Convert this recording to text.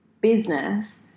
business –